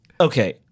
okay